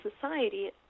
society